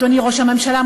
אדוני ראש הממשלה,